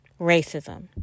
racism